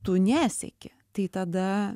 tu nesieki tai tada